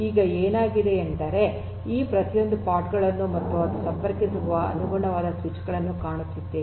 ಈಗ ಏನಾಗಲಿದೆ ಎಂದರೆ ಈ ಪ್ರತಿಯೊಂದು ಪಾಡ್ ಗಳನ್ನು ಮತ್ತು ಅದು ಸಂಪರ್ಕಿಸುವ ಅನುಗುಣವಾದ ಸ್ವಿಚ್ ಗಳನ್ನು ಕಾಣುತ್ತಿದ್ದೇವೆ